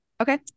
Okay